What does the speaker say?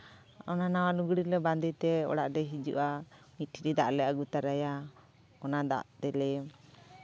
ᱚᱱᱟ ᱱᱟᱣᱟ ᱞᱩᱜᱽᱲᱤᱡ ᱞᱮ ᱵᱟᱸᱫᱮ ᱛᱮ ᱚᱲᱟᱜ ᱞᱮ ᱦᱤᱡᱩᱜᱼᱟ ᱠᱤᱪᱨᱤ ᱫᱟᱜ ᱞᱮ ᱟᱹᱜᱩ ᱛᱚᱨᱟᱭᱟ ᱚᱱᱟ ᱫᱟᱜ ᱛᱮᱞᱮ